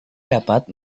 dapat